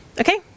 Okay